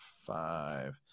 five